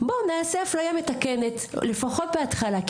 בואו נעשה אפליה מתקנת לפחות בהתחלה,